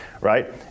right